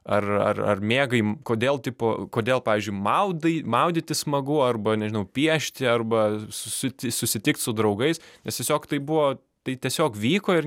ar ar ar mėgai kodėl tipo kodėl pavyzdžiui maudai maudytis smagu arba nežinau piešti arba sus susitikt su draugais nes tiesiog tai buvo tai tiesiog vyko ir